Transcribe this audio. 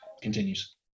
continues